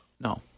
No